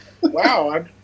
Wow